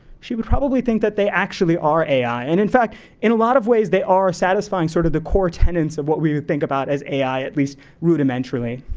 she would probably think that they actually are ai. and in fact in a lot of ways they are satisfying sort of the core tenets of what we would think about as ai, at least rudimentarily.